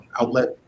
outlet